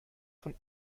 von